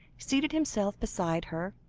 seated himself beside her,